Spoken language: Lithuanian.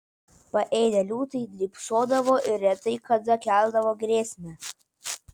paėdę liūtai drybsodavo ir retai kada keldavo grėsmę